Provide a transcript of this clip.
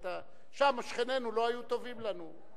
שם, שכנינו לא היו טובים לנו.